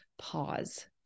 pause